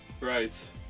Right